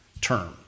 term